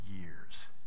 years